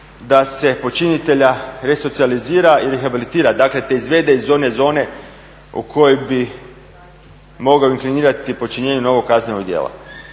da se počinitelja resocijalizira i rahabilitira, dakle te izvede iz one zone u koju bi mogao …/Govornik se ne razumije./… novog kaznenog djela.